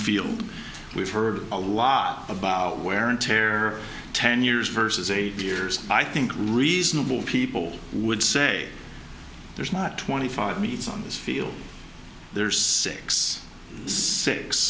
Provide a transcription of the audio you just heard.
field we've heard a lot about wear and tear ten years versus eight years i think reasonable people would say there's not twenty five minutes on this field there's six six